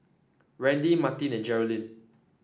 Randy Marty and Jerilyn